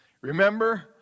remember